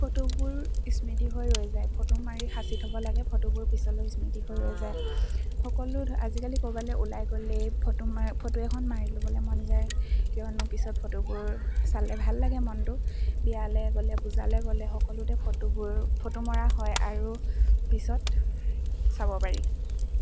ফটোবোৰ স্মৃতি হৈ ৰৈ যায় ফটো মাৰি সাঁচি থ'ব লাগে ফটোবোৰ পিছলৈ স্মৃতি হৈ ৰৈ যায় সকলো আজিকালি ক'ৰবালে ওলাই গ'লেই ফটো মাৰ ফটো এখন মাৰি ল'বলে মন যায় কিয়নো পিছত ফটোবোৰ চালে ভাল লাগে মনটো বিয়ালে গ'লে বুজালে গ'লে সকলোতে ফটোবোৰ ফটো মৰা হয় আৰু পিছত চাব পাৰি